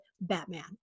Batman